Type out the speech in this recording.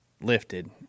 lifted